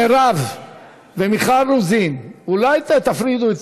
מירב ומיכל רוזין, אולי תפרידו?